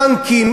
בנקים,